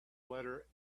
letter